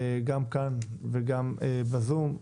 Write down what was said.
גם כאן וגם בזום,